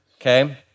okay